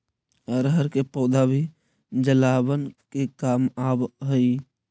अरहर के पौधा भी जलावन के काम आवऽ हइ